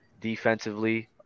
defensively